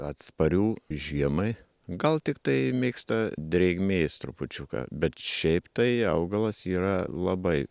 atsparių žiemai gal tiktai mėgsta drėgmės trupučiuką bet šiaip tai augalas yra labai